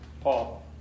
Paul